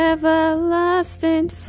Everlasting